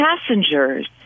passengers